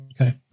Okay